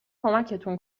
کمکتون